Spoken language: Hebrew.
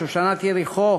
שושנת יריחו,